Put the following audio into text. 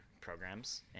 programs